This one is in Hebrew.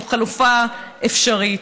הוא חלופה אפשרית.